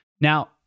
Now